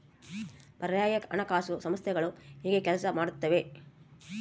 ಪರ್ಯಾಯ ಹಣಕಾಸು ಸಂಸ್ಥೆಗಳು ಹೇಗೆ ಕೆಲಸ ಮಾಡುತ್ತವೆ?